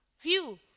View